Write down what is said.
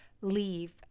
leave